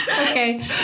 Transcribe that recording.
Okay